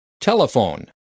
Telephone